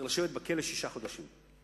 שצריך לשבת בכלא שישה חודשים.